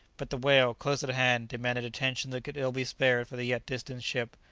but the whale, close at hand, demanded attention that could ill be spared for the yet distant ship.